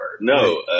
No